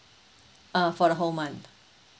uh for the whole month